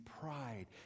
pride